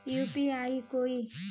UPI कोई